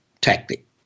tactic